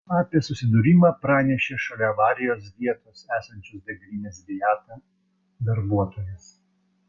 apie susidūrimą pranešė šalia avarijos vietos esančios degalinės viada darbuotojas